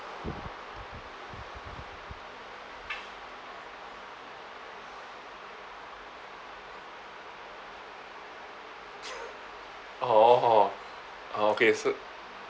orh okay so